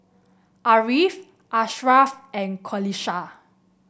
Ariff Asharaff and Qalisha